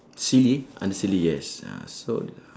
silly under silly yes ah so the